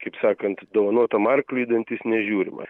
kaip sakant dovanotam arkliui į dantis nežiūrima